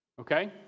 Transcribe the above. okay